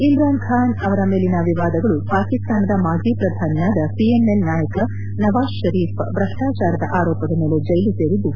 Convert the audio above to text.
ಇಮ್ರಾನ್ ಬಾನ್ ಅವರ ಮೇಲಿನ ವಿವಾದಗಳು ಪಾಕಿಸ್ತಾನದ ಮಾಜಿ ಪ್ರಧಾನಿ ಆದ ಪಿ ಎಂ ಎಲ್ ನಾಯಕ ನವಾಜ್ ಪರೀಫ್ ಭ್ರಷ್ಟಾಚಾರದ ಆರೋಪದ ಮೇಲೆ ಜೈಲು ಸೇರಿದ್ದು